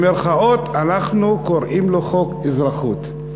שבמירכאות אנחנו קוראים לו "חוק אזרחות".